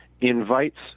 invites